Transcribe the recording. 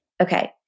Okay